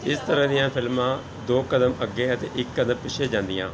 ਇਸ ਤਰ੍ਹਾਂ ਦੀਆਂ ਫ਼ਿਲਮਾਂ ਦੋ ਕਦਮ ਅੱਗੇ ਹੈ ਅਤੇ ਇੱਕ ਕਦਮ ਪਿੱਛੇ ਜਾਂਦੀਆਂ ਹਨ